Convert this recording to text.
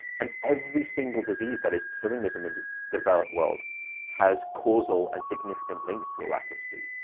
and every single disease that is killing us in the developed world has causal and significant links to a lack of sleep.